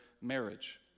marriage